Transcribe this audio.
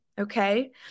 Okay